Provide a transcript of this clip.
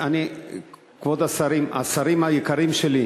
כבוד השרים, השרים היקרים שלי,